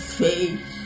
face